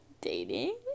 dating